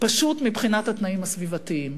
פשוט מבחינת התנאים הסביבתיים,